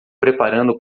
preparando